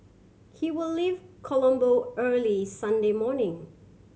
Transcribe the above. he will leave Colombo early Sunday morning